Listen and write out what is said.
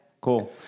cool